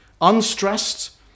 unstressed